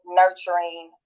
nurturing